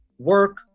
work